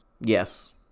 Yes